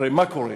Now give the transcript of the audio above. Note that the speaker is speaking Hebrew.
הרי מה קורה?